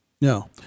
No